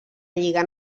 lliga